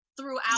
throughout